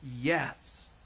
yes